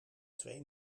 twee